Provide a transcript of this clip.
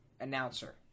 Announcer